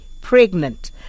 pregnant